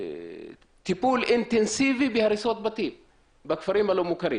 טיפול אינטנסיבי בהריסות בתים בכפרים הלא מוכרים.